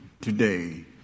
today